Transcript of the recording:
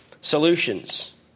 solutions